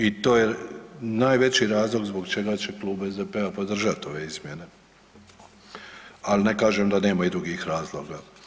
I to je najveći razlog zbog čega će Klub SDP-a podržat ove izmjene, al ne kažem da nema i drugih razloga.